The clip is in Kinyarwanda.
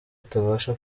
atabasha